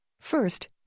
First